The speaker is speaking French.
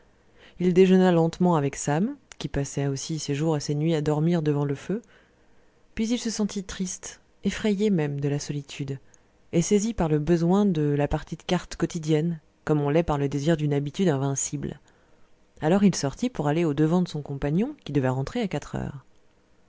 il déjeuna lentement avec sam qui passait aussi ses jours et ses nuits à dormir devant le feu puis il se sentit triste effrayé même de la solitude et saisi par le besoin de la partie de cartes quotidienne comme on l'est par le désir d'une habitude invincible alors il sortit pour aller au-devant de son compagnon qui devait rentrer à quatre heures